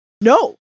no